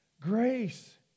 grace